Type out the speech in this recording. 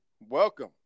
welcome